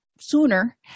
sooner